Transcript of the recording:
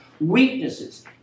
Weaknesses